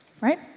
right